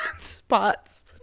spots